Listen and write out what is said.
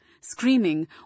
screaming